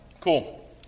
Cool